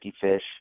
fish